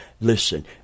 Listen